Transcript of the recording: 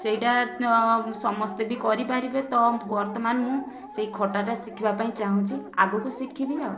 ସେହିଟା ସମସ୍ତେ ବି କରିପାରିବେ ତ ବର୍ତ୍ତମାନ ମୁଁ ସେହି ଖଟାଟା ଶିଖିବାପାଇଁ ଚାହୁଁଛି ଆଗକୁ ଶିଖିବି ଆଉ